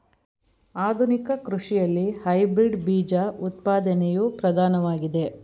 ಆಧುನಿಕ ಕೃಷಿಯಲ್ಲಿ ಹೈಬ್ರಿಡ್ ಬೀಜ ಉತ್ಪಾದನೆಯು ಪ್ರಧಾನವಾಗಿದೆ